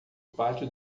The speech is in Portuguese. pátio